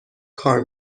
کار